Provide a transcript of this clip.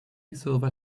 silver